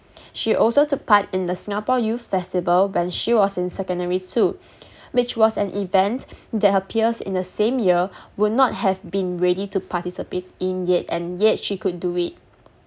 she also took part in the singapore youth festival when she was in secondary two which was an event that appears in the same year would not have been ready to participate in yet and yet she could do it